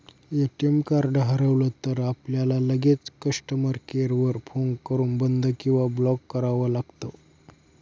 ATM card हरवलं तर, आपल्याला लगेचच कस्टमर केअर वर फोन करून बंद किंवा ब्लॉक करावं लागतं